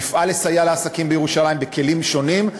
נפעל לסייע לעסקים בירושלים בכלים שונים,